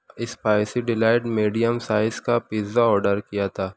spicy delight medium size کا pizza order کیا تھا